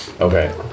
Okay